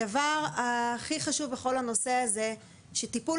הדבר הכי חשוב בכל הנושא הזה הוא שטיפול